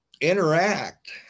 interact